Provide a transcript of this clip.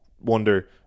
wonder